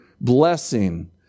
blessing